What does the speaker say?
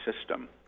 system